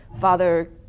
father